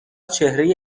چهره